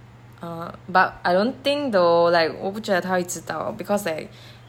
err but I don't think though like 我不觉得她会知道 because like